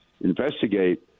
investigate